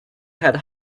had